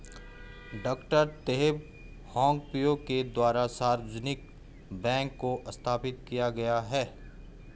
डॉ Teh Hong Piow के द्वारा सार्वजनिक बैंक को स्थापित किया गया है